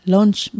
Launch